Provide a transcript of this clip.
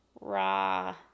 raw